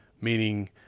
meaning